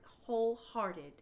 wholehearted